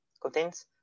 contains